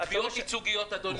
תביעות ייצוגיות, אדוני.